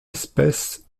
espèce